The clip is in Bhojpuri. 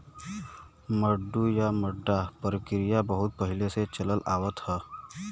मड्डू या मड्डा परकिरिया बहुत पहिले से चलल आवत ह